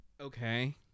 okay